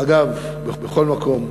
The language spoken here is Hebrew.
אגב, בכל מקום.